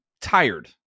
tired